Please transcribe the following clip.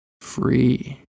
free